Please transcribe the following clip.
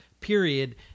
period